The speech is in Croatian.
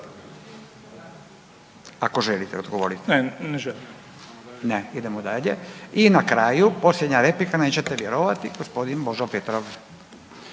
ne želim. **Radin, Furio (Nezavisni)** Ne, idemo dalje. I na kraju posljednja replika nećete vjerovati gospodin Božo Petrov.